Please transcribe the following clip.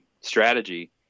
strategy